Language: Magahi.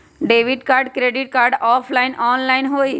Debit card credit card offline online होई?